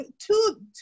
two